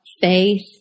faith